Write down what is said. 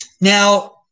Now